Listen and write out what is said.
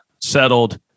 settled